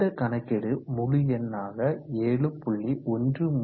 இந்த கணக்கீடு முழுஎண்ணாக 7